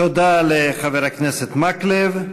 תודה לחבר הכנסת מקלב.